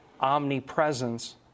omnipresence